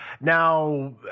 now